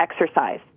exercise